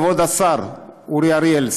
כבוד השר אורי אריאל,